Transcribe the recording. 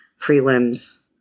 prelims